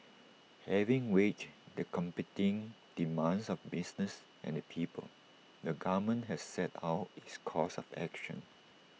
having weighed the competing demands of business and the people the government has set out its course of action